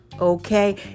okay